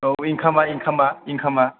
औ इंखामा इंखामा इंखामा